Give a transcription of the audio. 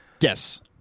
Yes